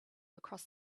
across